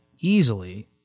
easily